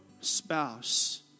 spouse